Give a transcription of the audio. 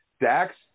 Dax